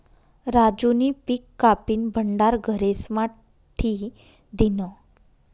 राजूनी पिक कापीन भंडार घरेस्मा ठी दिन्हं